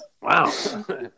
Wow